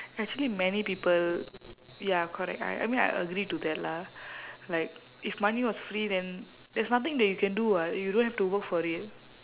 actually many people ya correct I I mean I agree to that lah like if money was free then there's nothing that you can do [what] you don't have to work for it